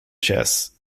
chess